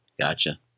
Gotcha